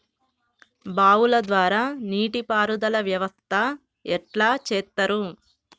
బావుల ద్వారా నీటి పారుదల వ్యవస్థ ఎట్లా చేత్తరు?